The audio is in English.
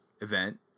event